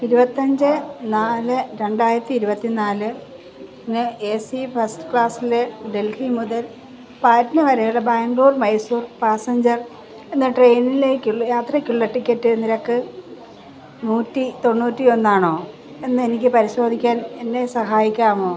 ഇരുപത്തഞ്ച് നാല് രണ്ടായിരത്തി ഇരുപത്തി നാലിന് എ സി ഫസ്റ്റ് ക്ലാസ്സിലെ ഡൽഹി മുതൽ പാട്ന വരെയുള്ള ബാംഗ്ലൂർ മൈസൂർ പാസഞ്ചർ എന്ന ട്രെയിനിലേക്ക് യാത്രയ്ക്കുള്ള ടിക്കറ്റ് നിരക്ക് നൂറ്റി തൊണ്ണൂറ്റി ഒന്നാണോ എന്നെനിക്ക് പരിശോധിക്കാൻ എന്നെ സഹായിക്കാമോ